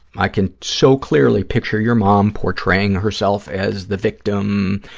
i can so clearly picture your mom portraying herself as the victim,